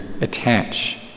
attach